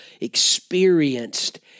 experienced